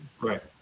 Right